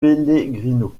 pellegrino